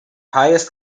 highest